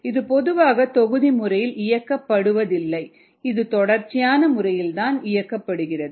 இது பொதுவாக தொகுதி முறையில் இயக்கப்படுவதில்லை இது தொடர்ச்சியான முறையில் இயக்கப்படுகிறது